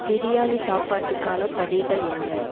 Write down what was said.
பிரியாணி சாப்பாட்டுக்கான படிகள் என்ன